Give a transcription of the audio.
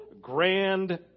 grand